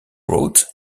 road